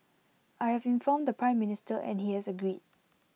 I have informed the Prime Minister and he has agreed